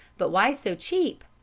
but why so cheap?